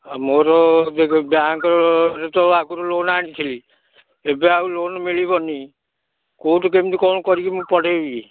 ମୋର ବ୍ୟାଙ୍କ୍ର ତ ଆଗରୁ ଲୋନ୍ ଆଣିଥିଲି ଏବେ ଆଉ ଲୋନ୍ ମିଳିବନି କେଉଁଠୁ କେମିତି କ'ଣ କରିକି ମୁଁ ପଢ଼ାଇବି